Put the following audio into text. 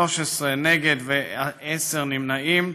13 נגד ועשר נמנעות,